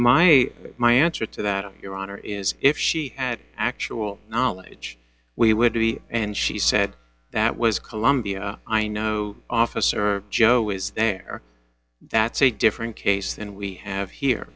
my my answer to that your honor is if she had actual knowledge we would agree and she said that was columbia i know officer joe is there that's a different case than we have here